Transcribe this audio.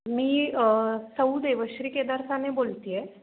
मी सौ देवश्री केदार साने बोलते आहे